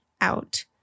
out